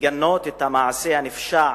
לגנות את המעשה הנפשע